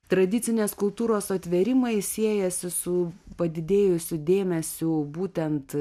tradicinės kultūros atvėrimai siejasi su padidėjusiu dėmesiu būtent